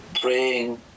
praying